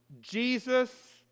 Jesus